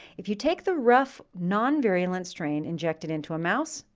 if you take the rough non-virulent strain, inject it into a mouse,